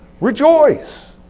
rejoice